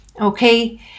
Okay